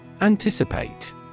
Anticipate